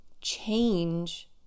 change